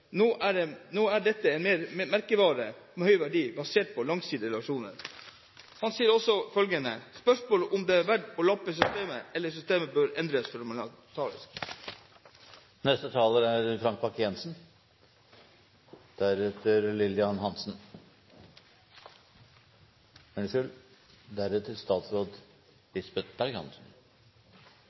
Nå er også dette en merkevare av høy verdi, basert på langsiktige relasjoner.» Han sier også: «Spørsmålet er om det er verdt å lappe på systemet, eller om systemet bør endres